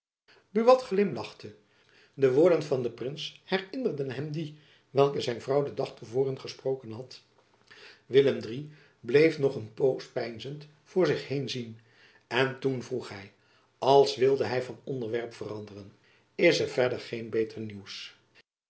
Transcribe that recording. buat glimlachte de woorden van den prins herinnerden hem die welke zijn vrouw den dag te voren gesproken had willem iii bleef nog een poos peinzend voor zich heen zien en toen vroeg hy als wilde hy van onderwerp veranderen is er verder geen beter nieuws